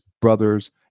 brothers